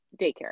daycare